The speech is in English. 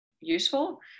useful